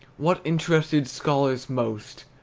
what interested scholars most,